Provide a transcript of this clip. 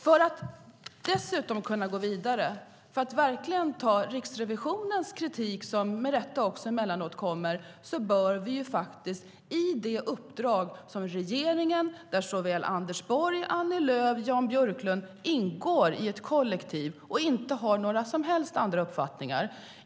För att dessutom kunna gå vidare, och verkligen ta fasta på Riksrevisionens kritik som med rätta kommer emellanåt, bör vi avvakta uppdraget från regeringen, där såväl Anders Borg, Annie Lööf och Jan Björklund ingår i ett kollektiv och inte har några som helst andra uppfattningar.